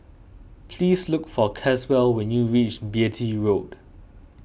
please look for Caswell when you reach Beatty Road